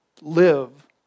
live